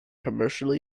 commercially